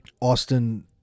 Austin